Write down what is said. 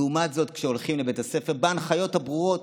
ולעומת זאת, כשהולכים לבית הספר בהנחיות הברורות,